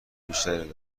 بیشتری